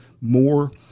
more